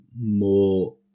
more